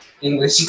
english